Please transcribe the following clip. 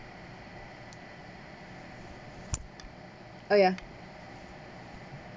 oh ya